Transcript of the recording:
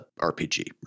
rpg